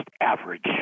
average